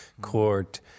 court